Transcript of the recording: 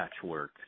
patchwork